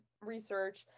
research